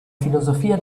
filosofia